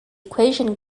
equation